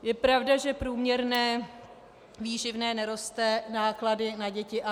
Je pravda, že průměrné výživné neroste, náklady na děti ano.